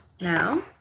now